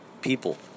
people